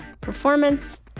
Performance